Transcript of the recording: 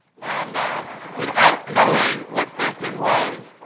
and without knowing what fencing was,